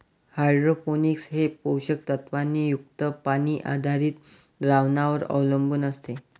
hydroponics हे पोषक तत्वांनी युक्त पाणी आधारित द्रावणांवर अवलंबून असते